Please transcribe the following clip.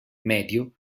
medio